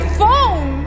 phone